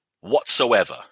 whatsoever